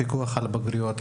פיקוח על הבגרויות,